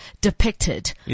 depicted